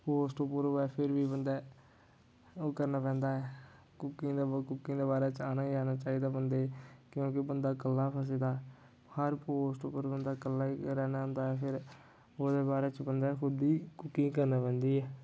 post उप्पर होऐ फिर बी बन्दै ओह् करना पैंदा ऐ कुकिंग दे कुकिंग दे बारै च आना ही आना चाहिदा बन्दे गी क्योंकि बन्दा कल्ला फसे दा हर पोस्ट उप्पर बन्दा कल्ला ही रैह्ना होंदा ऐ फेर ओह्दे बारे च बन्दे ने खुद ही कुकिंग करने पैंदी ऐ